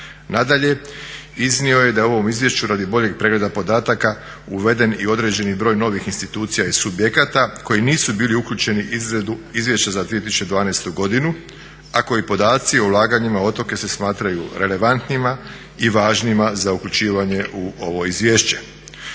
Nadalje, iznio je da je u ovom izvješću radi boljeg pregleda podataka uveden i određeni broj novih institucija i subjekata koji nisu bili uključeni u izradu Izvješća za 2012.godinu, a koji podaci u ulaganjima u otoke se smatraju relevantnima i važnima za uključivanje u ovo izvješće.